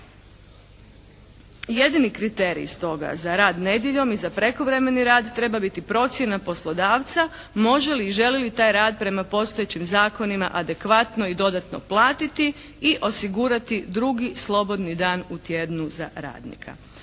Jedini kriterij stoga za rad nedjeljom i za prekovremeni rad treba biti procjena poslodavca može li i želi li taj rad prema postojećim zakonima adekvatno i dodatno platiti i osigurati drugi slobodni dan u tjednu za radnika.